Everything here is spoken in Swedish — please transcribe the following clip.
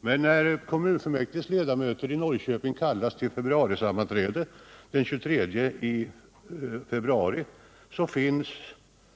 Men när fullmäktiges ledamöter kallas till sammanträde den 23 februari så finns